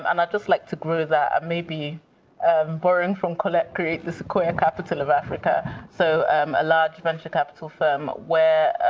and i'd just like to grow that. and maybe borrowing from colette, create the sequoia capital of africa, so a large venture capital firm where,